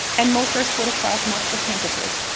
and most are split across multiple campuses.